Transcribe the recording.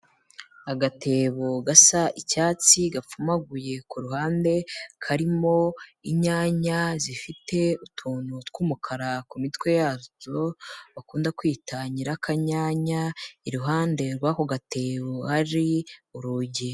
Agatebo gasa icyatsi gapfumaguye ku ruhande, karimo inyanya zifite utuntu tw'umukara ku mitwe yazo bakunda kwita nyirakanyanya, iruhande rw'ako gatebo hari urugi.